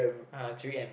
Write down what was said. uh three-M